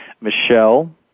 Michelle